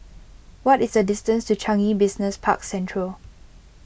what is the distance to Changi Business Park Central